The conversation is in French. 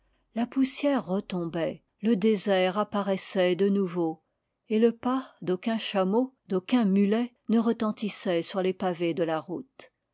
la poussière retombait le désert apparaissait de nouveau et le pas d'aucun chameau d'aucun mulet ne retentissait sur les pavés de la route